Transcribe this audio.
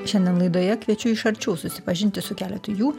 šiandien laidoje kviečiu iš arčiau susipažinti su keletu jų